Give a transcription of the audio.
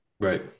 Right